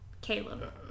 Caleb